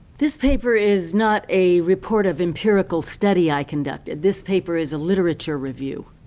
this paper is not a report of empirical study i conducted. this paper is a literature review.